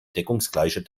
deckungsgleiche